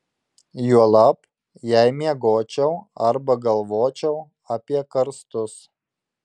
juolab jei miegočiau arba galvočiau apie karstus